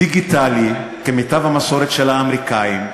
דיגיטלי, כמיטב המסורת של האמריקנים,